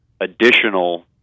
additional